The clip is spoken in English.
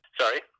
Sorry